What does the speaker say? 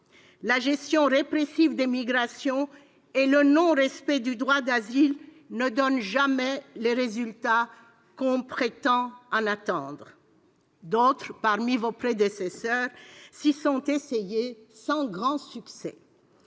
la gestion répressive des migrations et le non-respect du droit d'asile ne donnent jamais les résultats que l'on prétend en attendre. D'autres parmi vos prédécesseurs, monsieur le ministre